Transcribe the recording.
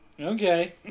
Okay